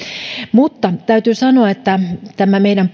mutta täytyy sanoa että tämä meidän